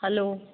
hello